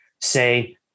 say